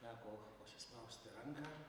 teko pasispausti ranką